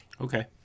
Okay